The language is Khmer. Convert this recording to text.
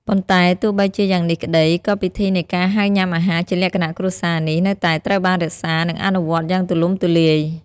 ប៉ុន្តែទោះបីជាយ៉ាងនេះក្ដី ក៏ពិធីនៃការហៅញ៉ាំអាហារជាលក្ខណៈគ្រួសារនេះ នៅតែត្រូវបានរក្សា និងអនុវត្តយ៉ាងទូលំទូលាយ។